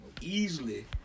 easily